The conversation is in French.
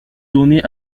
donné